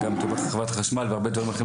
גם חברת החשמל והרבה דברים אחרים,